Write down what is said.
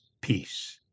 peace